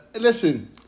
Listen